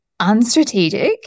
unstrategic